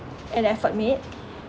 an effort made